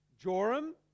Joram